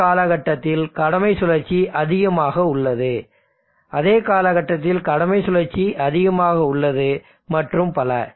அதே காலகட்டத்தில் கடமை சுழற்சி அதிகமாக உள்ளது அதே காலகட்டத்தில் கடமை சுழற்சி அதிகமாக உள்ளது மற்றும் பல